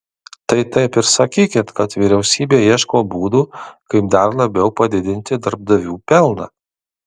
tai taip ir sakykit kad vyriausybė ieško būdų kaip dar labiau padidinti darbdavių pelną